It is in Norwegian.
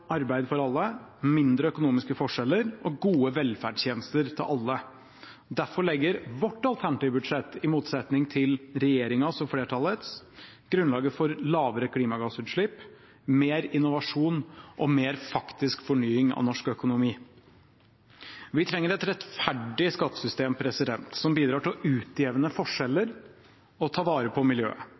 arbeid for alle, mindre økonomiske forskjeller og gode velferdstjenester til alle. Derfor legger vårt alternative budsjett, i motsetning til regjeringens og flertallets, grunnlaget for lavere klimagassutslipp, mer innovasjon og mer faktisk fornying av norsk økonomi. Vi trenger et rettferdig skattesystem, som bidrar til å utjevne forskjeller og ta vare på miljøet.